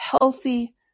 healthy